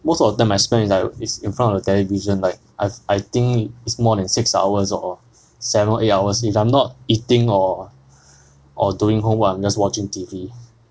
most of time I spend is like is in front of the television like I've I think it's more than six hours or seven eight hours if I'm not eating or or doing homework I'm just watching T_V